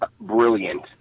brilliant